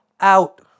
out